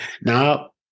Now